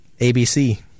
ABC